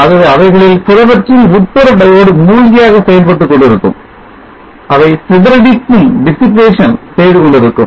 ஆகவே அவைகளில் சிலவற்றின் உட்புற diode மூழ்கியாக செயல்பட்டுக் கொண்டிருக்கும் இவை சிதறடிப்பும் செய்துகொண்டிருக்கும்